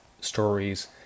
stories